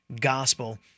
gospel